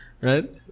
Right